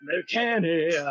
mechanic